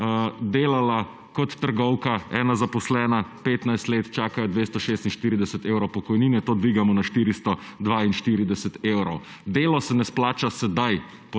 delala kot trgovka 15 let, jo čaka 246 evrov pokojnine. To dvigamo na 442 evrov. Delo se ne splača sedaj,